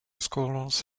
scholars